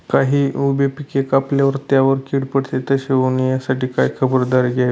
काही उभी पिके कापल्यावर त्यावर कीड पडते, तसे होऊ नये यासाठी काय खबरदारी घ्यावी?